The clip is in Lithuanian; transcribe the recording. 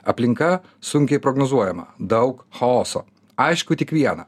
aplinka sunkiai prognozuojama daug chaoso aišku tik viena